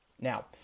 Now